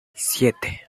siete